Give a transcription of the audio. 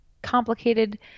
complicated